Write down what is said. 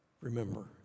remember